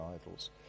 idols